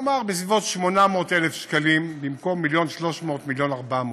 נאמר בסביבות 800,000 שקלים במקום 1.3 או 1.4 מיליון,